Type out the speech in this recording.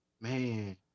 Man